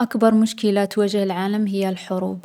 أكبر مشكلة تواجه العالم هي الحروب.